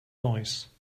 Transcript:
noise